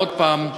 עוד הפעם,